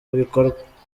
bikorwa